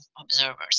observers